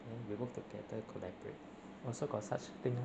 then we work together collaborate also got such thing lor